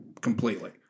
completely